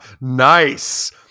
Nice